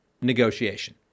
negotiation